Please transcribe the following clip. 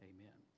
Amen